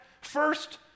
First